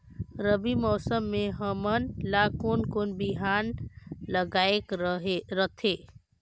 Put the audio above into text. रबी मौसम मे हमन ला कोन कोन बिहान लगायेक रथे?